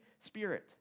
Spirit